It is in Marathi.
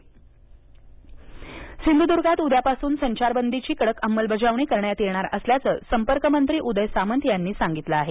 उदय सामंत सिंधदर्ग सिंधुद्र्गात उद्यापासून संचारबंदीची कडक अंमलबजावणी करण्यात येणार असल्याचे संपर्क मंत्री उदय सामंत यांनी सांगितलं आहे